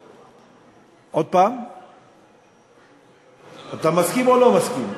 אתה מסכים או לא מסכים?